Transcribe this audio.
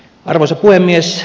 arvoisa puhemies